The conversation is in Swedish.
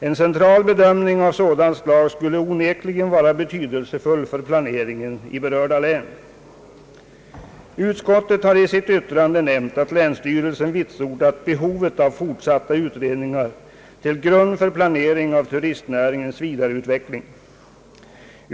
En central bedömning av sådant slag skulle onekligen vara betydelsefull för planeringen i berörda län. Utskottet har i sitt yttrande nämnt att länsstyrelsen vitsordat behovet av fortsatta utredningar till grund för planeringen av turistnäringens vidareutveckling.